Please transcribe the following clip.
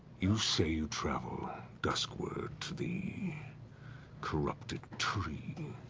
you say you travel duskward to the corrupted tree,